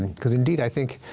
cause indeed, i think,